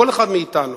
כל אחד מאתנו,